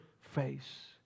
face